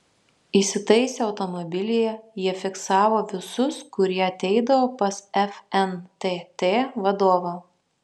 įsitaisę automobilyje jie fiksavo visus kurie ateidavo pas fntt vadovą